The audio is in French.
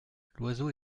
l’oiseau